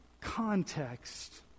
context